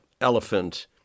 Elephant